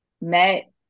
met